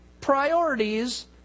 priorities